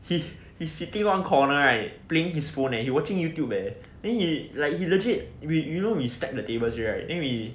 he he sitting one corner right playing his phone eh and he watching YouTube leh then he like he legit we you know we stack the tables already right then we